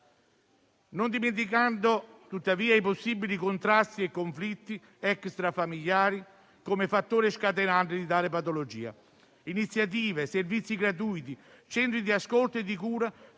non dimenticando tuttavia i possibili contrasti e conflitti extra-familiari come fattore scatenante di tale patologia. Iniziative, servizi gratuiti, centri di ascolto e di cura